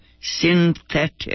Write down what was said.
synthetic